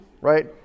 right